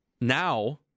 now